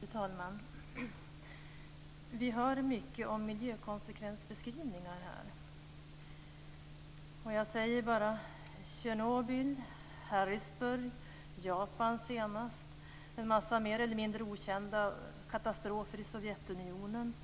Fru talman! Vi hör mycket om miljökonsekvensbeskrivningar här. Jag säger bara: Tjernobyl, Harrisburg, senast Japan, en massa mer eller mindre okända katastrofer i Sovjetunionen.